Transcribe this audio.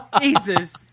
Jesus